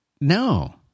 No